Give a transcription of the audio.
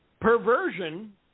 Perversion